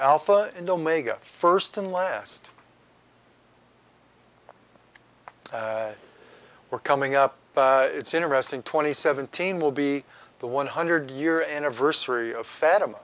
alpha and omega first and last we're coming up it's interesting twenty seventeen will be the one hundred year anniversary of fat